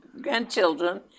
grandchildren